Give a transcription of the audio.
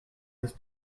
his